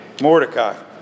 Mordecai